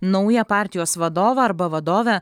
naują partijos vadovą arba vadovę